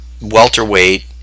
welterweight